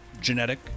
Genetic